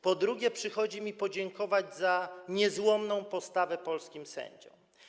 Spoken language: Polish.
Po drugie, przychodzi mi podziękować za niezłomną postawę polskim sędziom.